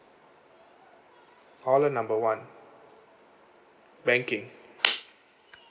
call number one banking